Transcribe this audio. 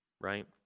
right